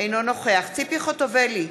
אינו נוכח ציפי חוטובלי,